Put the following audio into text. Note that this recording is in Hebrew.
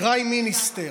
קריים מיניסטר,